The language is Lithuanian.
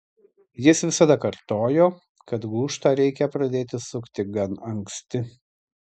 jis visada kartojo kad gūžtą reikia pradėti sukti gan anksti